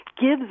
gives